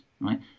Right